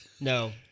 No